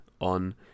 on